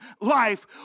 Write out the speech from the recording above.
life